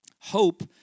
Hope